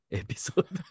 episode